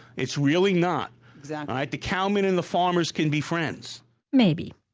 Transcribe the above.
it's really not exactly the cowman and the farmers can be friends maybe.